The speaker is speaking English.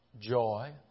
joy